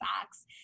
facts